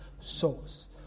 source